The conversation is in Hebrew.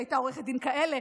היא הייתה עורכת דין של כאלה.